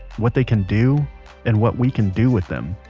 what they can do and what we can do with them,